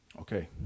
okay